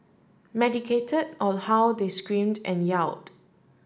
medicate or how they screamed and yelled